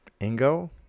Ingo